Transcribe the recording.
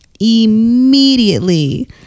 Immediately